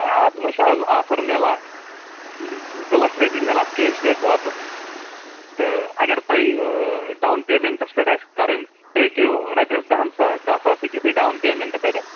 ہَے اَتھ منٛز چھِ اَز آفر میلان زٕ لَچھ رۄپیہِ میلان کیش بیک واپس تہٕ اگر تۅہہِ ڈاوُن پیمٮ۪نٹس پٮ۪ٹھ آسہِ کَڈٕنۍ تُہۍ ہٮ۪کِو رۄپیس دَہن سا دَہ ساس ہٮ۪کِو تُہۍ ڈاوُن پیٚمٮ۪نٹہٕ بٔرِتھ